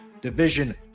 division